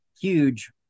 huge